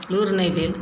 लुइर नहि भेल